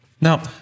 Now